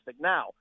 Now